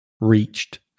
reached